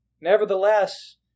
Nevertheless